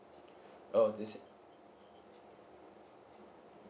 oh this